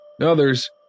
Others